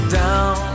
down